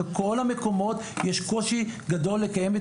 בכל המקומות יש קושי גדול לקיים את